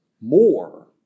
more